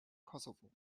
kosovo